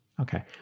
Okay